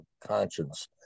conscience